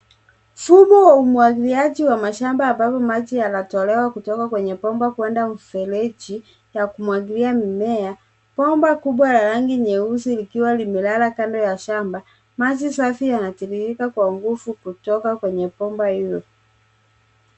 Mfumo wa umwagiliaji wa mashamba ambavyo maji yanatolewa kutoka kwenye bomba kuenda mfereji ya kumwagilia mimea. Bomba kubwa ya rangi nyeusi likiwa limelala kando ya shamba. Maji safi yanatiririka kwa nguvu kutoka kwenye bomba hiyo.